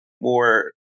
more